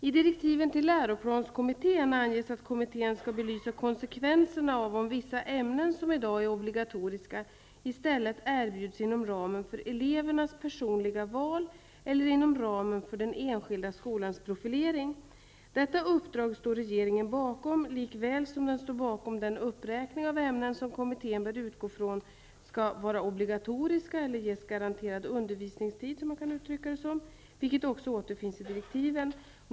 I direktiven till läroplanskommittén anges att kommittén skall belysa konsekvenserna av om vissa ämnen som i dag är obligatoriska i stället erbjuds inom ramen för elevernas personliga val eller inom ramen för den enskilda skolans profilering. Detta uppdrag står regeringen bakom, likväl som den står bakom den uppräkning av ämnen som kommittén bör utgå från skall vara obligatoriska, eller ges garanterad undervisningstid, vilket också återfinns i direktiven.